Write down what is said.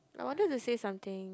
I wanted to say something